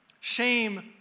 Shame